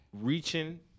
reaching